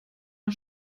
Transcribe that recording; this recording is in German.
der